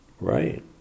right